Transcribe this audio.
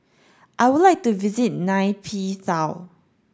I would like to visit Nay Pyi Taw